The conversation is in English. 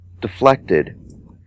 deflected